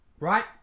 Right